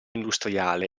industriale